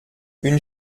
une